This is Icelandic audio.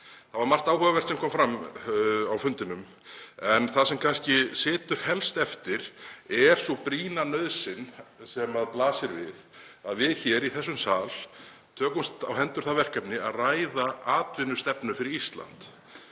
Það var margt áhugavert sem kom fram á fundinum en það sem kannski situr helst eftir er sú brýna nauðsyn sem blasir við að við hér í þessum sal tökumst á hendur það verkefni að ræða atvinnustefnu fyrir Ísland.